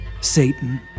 Satan